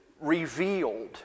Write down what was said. revealed